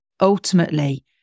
Ultimately